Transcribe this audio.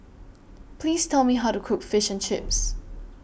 Please Tell Me How to Cook Fish and Chips